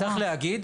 --- זה לא רק זה.